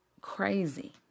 crazy